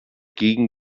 gegen